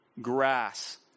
grass